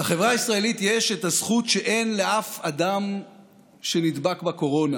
לחברה הישראלית יש את הזכות שאין לאף אדם שנדבק בקורונה: